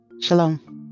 Shalom